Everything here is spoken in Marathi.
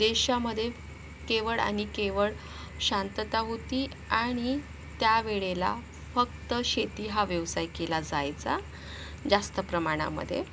देशामध्ये केवळ आणि केवळ शांतता होती आणि त्यावेळेला फक्त शेती हा व्यवसाय केला जायचा जास्त प्रमाणामधे